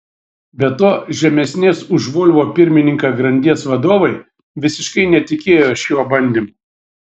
be to žemesnės už volvo pirmininką grandies vadovai visiškai netikėjo šiuo bandymu